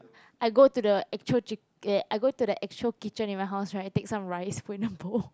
I go to the actual chic~ I go to the actual kitchen in my house right take some rice put in a bowl